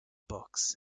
books